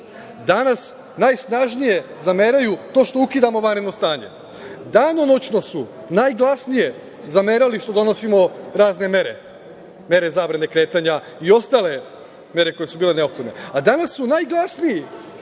danas najsnažnije zameraju to što ukidamo vanredno stanje. Danonoćno su najglasnije zamerali što donosimo razne mere, mere zabrane kretanja i ostale mere koje su bile neophodne, a danas su najglasniji